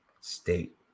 state